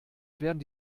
werden